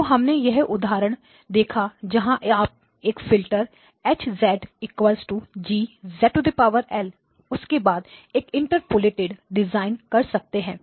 तो हमने वह उदाहरण देखा जहां आप एक फिल्टर H G उसके बाद एक इंटरपोलेटर डिज़ाइन कर सकते हैं